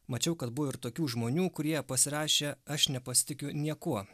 mačiau kad buvo ir tokių žmonių kurie pasirašė aš nepasitikiu niekuo